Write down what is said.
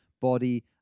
body